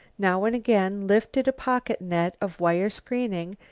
now and again lifted a pocket net of wire-screening,